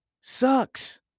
sucks